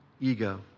ego